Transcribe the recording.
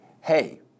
hey